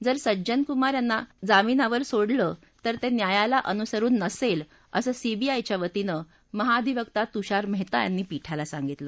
जर सज्जन कुमार याला जामीनावर सोडलं तर तन्प्रियाला अनुसरुन नसद्वअसं सीबीआयच्या वतीनं महाधिवक्ता तुषार महिबा यांनी पीठाला सांगितलं